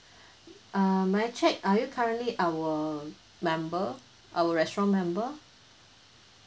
err may I check are you currently our member our restaurant member